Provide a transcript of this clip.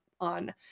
on